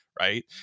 right